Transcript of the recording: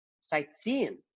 sightseeing